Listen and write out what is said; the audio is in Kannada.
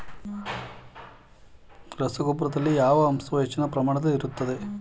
ರಸಗೊಬ್ಬರದಲ್ಲಿ ಯಾವ ಅಂಶವು ಹೆಚ್ಚಿನ ಪ್ರಮಾಣದಲ್ಲಿ ಇರುತ್ತದೆ?